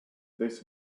this